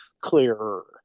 clearer